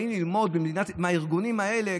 באים ללמוד מהארגונים האלה,